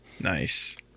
Nice